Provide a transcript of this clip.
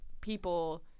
people